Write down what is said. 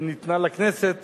שניתנה לכנסת